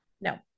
no